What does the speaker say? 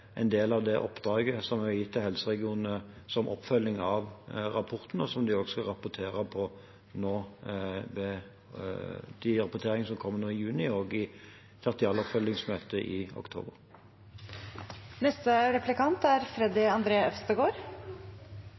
en del av det oppdraget som vi har gitt til helseregionene som oppfølging av rapporten, og som de også skal rapportere på i de rapporteringene som kommer nå i juni og i tertialoppfølgingsmøtet i oktober. Riksrevisjonen mener at det er